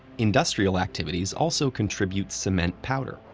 industrial activities also contribute cement powder,